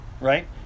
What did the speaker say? Right